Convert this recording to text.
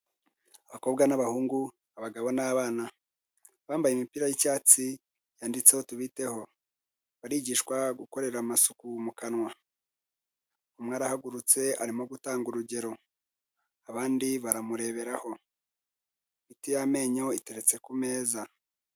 Abakobwa n'abahungu, abagabo n'abana bambaye imipira y'icyatsi yanditseho tubiteho, barigishwa gukorera amasuku mu kanwa, umwe arahagurutse arimo gutanga urugero, abandi baramureberaho, imiti y'amenyo iteretse ku meza.